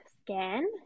scan